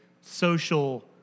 social